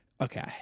Okay